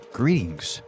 greetings